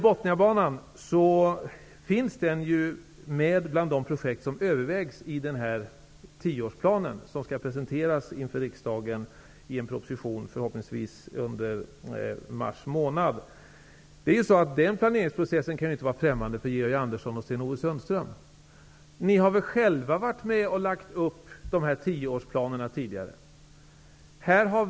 Botniabanan finns med bland de projekt som övervägs i den tioårsplan som skall presenteras för riksdagen i en proposition förhoppningsvis i mars månad. Den planeringsprocessen kan inte vara okänd för Georg Andersson och Sten-Ove Sundström. Ni har väl själva tidigare varit med om att lägga upp tioårsplanerna.